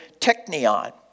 technion